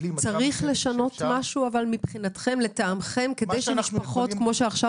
צריך לשנות משהו לטעמכם כדי שמשפחות כמו שהיה עכשיו